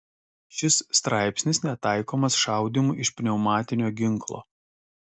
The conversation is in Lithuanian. šis straipsnis netaikomas šaudymui iš pneumatinio ginklo